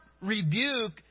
rebuke